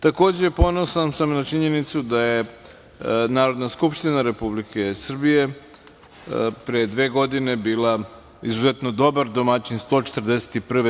Takođe, ponosan sam na činjenicu da je Narodna skupština Republike Srbije pre dve godine bila izuzetno dobar domaćin 141.